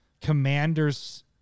Commander's